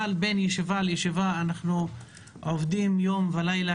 אבל בין ישיבה לישיבה אנחנו עובדים יום ולילה